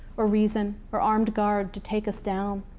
or reason, or armed guard to take us down.